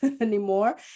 anymore